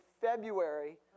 February